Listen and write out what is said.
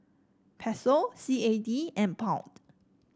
Peso C A D and Pound